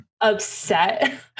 upset